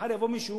מחר יבוא מישהו,